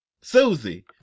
Susie